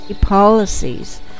policies